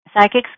Psychics